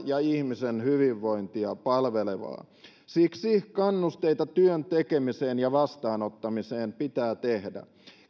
ja ihmisen hyvinvointia palvelevaa siksi kannusteita työn tekemiseen ja vastaanottamiseen pitää tehdä